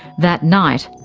that night,